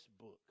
book